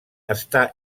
està